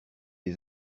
des